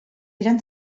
eren